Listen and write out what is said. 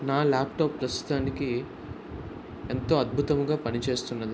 నా ల్యాప్టాప్ ప్రస్తుతానికి ఎంతో అద్భుతంగా పనిచేస్తున్నది